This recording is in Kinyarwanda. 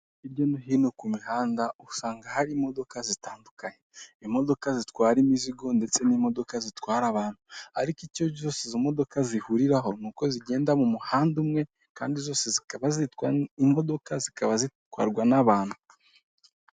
Hirya no hino ku mihanda usanga hari imodoka zitandukanye imodoka zitwara imizigo ndetse n'imodoka zitwara abantu ariko icyo soze izo modoka zihuriraho ni uko zigenda mu muhanda umwe kandi zose zikaba zitwa imodoka zikaba zitwarwa n'abantu.